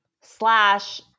slash